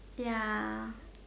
ya